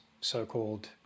so-called